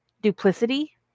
duplicity